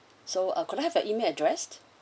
so ah I could I have your email addressed